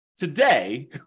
Today